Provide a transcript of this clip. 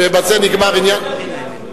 אני לא חוזר בי מאף מלה.